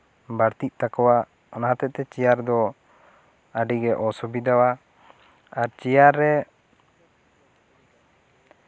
ᱵᱟᱹᱲᱛᱤᱜ ᱛᱟᱠᱚᱣᱟ ᱚᱱᱟ ᱦᱚᱛᱮᱫ ᱛᱮ ᱪᱮᱭᱟᱨ ᱫᱚ ᱟᱹᱰᱤ ᱜᱮ ᱚᱥᱩᱵᱤᱫᱟᱣᱟ ᱟᱨ ᱪᱮᱭᱟᱨ ᱨᱮ